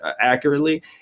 accurately